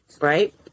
right